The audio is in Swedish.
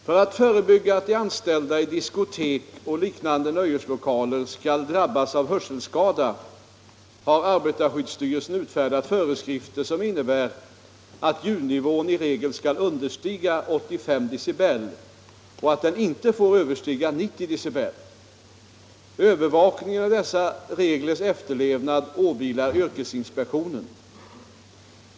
För att förebygga att de anställda i diskotek och liknande nöjeslokaler skall drabbas av hörselskada har arbetarskyddsstyrelsen utfärdat föreskrifter som innebär att ljudnivån i regel skall understiga 85 decibel och att den inte får överstiga 90 decibel. Övervakningen av dessa reglers efterlevnad åvilar yrkesinspektionen.